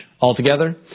Altogether